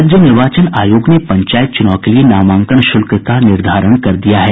राज्य निर्वाचन आयोग ने पंचायत चुनाव के लिए नामांकन शुल्क का निर्धारण कर दिया है